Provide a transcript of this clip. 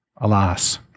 alas